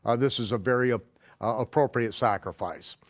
ah this was a very ah appropriate sacrifice.